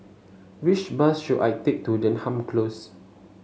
which bus should I take to Denham Close